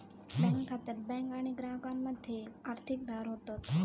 bank खात्यात bank आणि ग्राहकामध्ये आर्थिक व्यवहार होतत